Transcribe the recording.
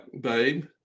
babe